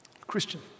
Christian